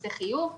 לכרטיסי חיוב.